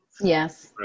Yes